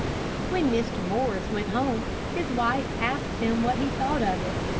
when mr. morris went home his wife asked him what he thought of it.